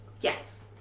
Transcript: Yes